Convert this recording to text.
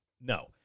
No